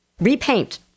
repaint